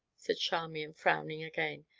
said charmian, frowning again,